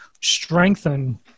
strengthen